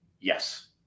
Yes